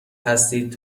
هستید